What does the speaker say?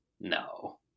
no